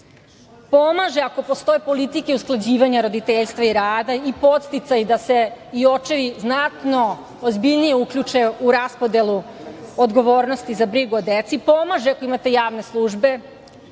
pomaže ako postoje politike usklađivanja roditeljstva i rada i podsticaji da se i očevi znatno ozbiljnije uključe u raspodelu odgovornosti za brigu o deci, pomaže ako imate javne službe,